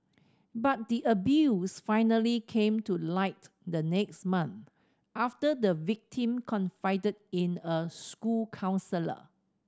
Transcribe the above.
but the abuse finally came to light the next month after the victim confided in a school counsellor